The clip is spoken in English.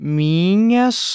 minhas